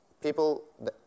people